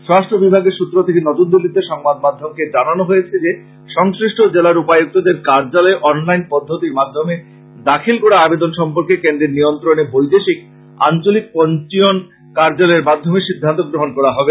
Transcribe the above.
স্বরাষ্ট্র বিভাগের সূত্র থেকে নতুদিল্লীতে সংবাদ মাধ্যমকে জানানো হয়েছে যে সংশ্লিষ্ট জেলার উপায়ুক্তদের কার্যালয়ে অনলাইন পদ্ধতির মাধ্যমে দাখিল করা আবেদন সম্পর্কে কেন্দ্রের নিয়ন্ত্রনে বৈদেশিক আঞ্চলিক পঞ্জীয়ন কার্যালয়ের মাধ্যমে সিদ্ধান্ত গ্রহন করা হবে